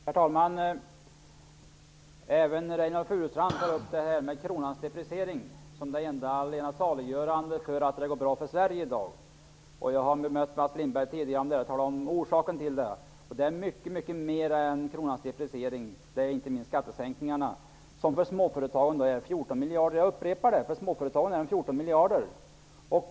Herr talman! Även Reynoldh Furustrand tar upp kronans depriciering som det enda allena saliggörande för att det går bra för Sverige i dag. Jag har bemött Mats Lindberg tidigare i denna fråga och talat om orsakerna. De är många fler än kronans depriciering, inte minst skattesänkningarna, som för småföretagen är 14 miljarder kronor. Jag upprepar: För småföretagen är skattesänkningarna 14 miljarder kronor.